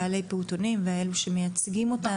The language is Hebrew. בעלי פעוטונים ואלו שמייצגים אותם,